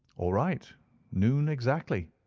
all right noon exactly,